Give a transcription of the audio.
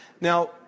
Now